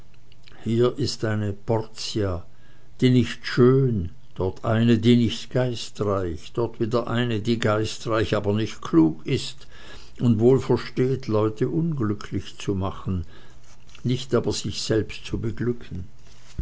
hier ist eine porzia die nicht schön dort eine die nicht geistreich dort wieder eine die geistreich aber nicht klug ist und wohl versteht leute unglücklich zu machen nicht aber sich selbst zu beglücken